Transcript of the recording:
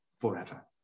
forever